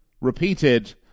repeated